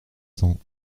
cents